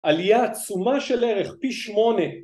‫עלייה עצומה של ערך פי שמונה.